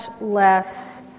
less